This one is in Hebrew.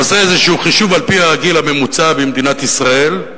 עושה איזה חישוב על-פי הגיל הממוצע במדינת ישראל,